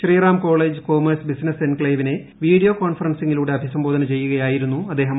Sriram college commerce business എൻക്ലേവിനെ video കോൺഫറൻസിംഗിലൂടെ അഭിസംബോധന ചെയ്യുകയായിരുന്നു അദ്ദേഹം